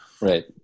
Right